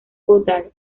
goddard